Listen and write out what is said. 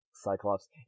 cyclops